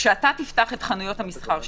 כשאתה תפתח את חנויות המסחר שלך,